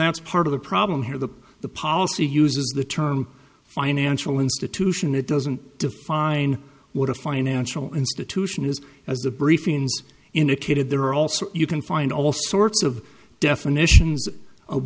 that's part of the problem here the the policy uses the term financial institution it doesn't define what a financial institution is as the briefings indicated there are also you can find all sorts of definitions of